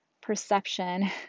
perception